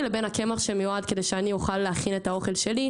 לבין הקמח שמיועד כדי שאני אוכל להכין את האוכל שלי,